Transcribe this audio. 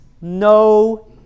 no